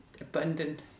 abundant